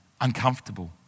uncomfortable